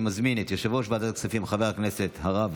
אני מזמין את יושב-ראש ועדת הכספים חבר הכנסת הרב